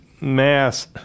mass